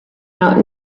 out